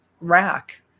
rack